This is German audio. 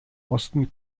osten